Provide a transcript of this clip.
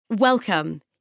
Welcome